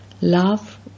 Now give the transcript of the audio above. love